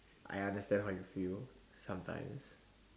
I understand how you feel sometimes